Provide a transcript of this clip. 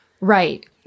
Right